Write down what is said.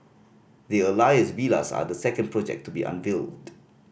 the Alias Villas are the second project to be unveiled